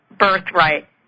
birthright